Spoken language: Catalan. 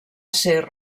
ser